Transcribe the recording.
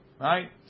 right